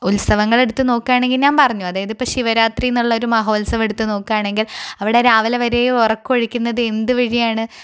ഉത്സവങ്ങൾ എടുത്ത് നോക്കുകയാണെങ്കിൽ ഞാൻ പറഞ്ഞു അതായത് ശിവരാത്രി എന്നുള്ളൊരു മഹോത്സവം എടുത്തു നോക്കുകയാണെങ്കിൽ അവിടെ രാവിലെവരെയും ഉറക്കം ഒഴിക്കുന്നത് എന്തുവഴിയാണ്